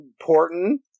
important